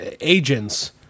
agents